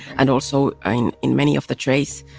and also, in many of the trays,